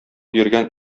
йөргән